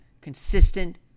consistent